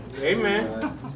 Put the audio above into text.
Amen